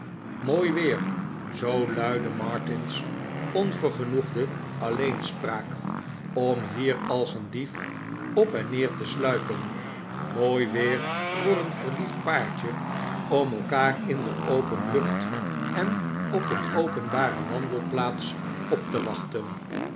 mooi weer zoo luidde martin's onvergenoegde alleenspraak om hier als een dief op en neer te sluipen mooi weer voor een verliefd paartje om elkaar in de open lucht en op een openbare wandelplaats op te wachten